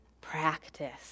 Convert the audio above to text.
practice